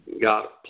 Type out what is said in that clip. got